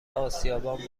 اسیابان